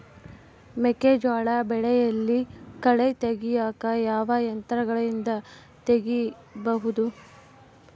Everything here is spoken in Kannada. ಮೆಕ್ಕೆಜೋಳ ಬೆಳೆಯಲ್ಲಿ ಕಳೆ ತೆಗಿಯಾಕ ಯಾವ ಯಂತ್ರಗಳಿಂದ ತೆಗಿಬಹುದು?